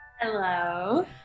Hello